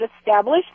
established